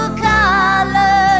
colors